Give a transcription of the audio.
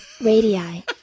Radii